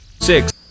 Six